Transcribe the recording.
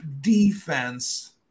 defense